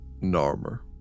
Narmer